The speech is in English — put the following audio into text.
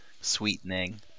Sweetening